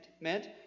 meant